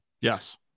Yes